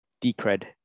Decred